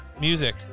Music